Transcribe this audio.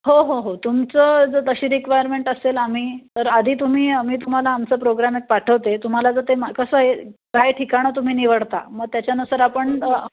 हो हो हो तुमचं जर तशी रिक्वायरमेंट असेल आम्ही तर आधी तुम्ही आम्ही तुम्हाला आमचं प्रोग्राम एक पाठवते तुम्हाला जर ते मग कसं आहे काय ठिकाणं तुम्ही निवडता मग त्याच्यानुसार आपण